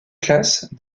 classe